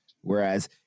Whereas